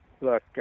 look